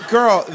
Girl